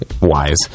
wise